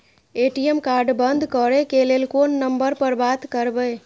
ATM card बंद करे के लेल कोन नंबर पर बात करबे?